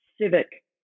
civic